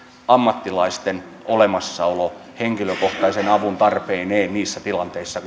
ammattilaisten olemassaolo henkilökohtaisen avun tarpeineen niissä tilanteissa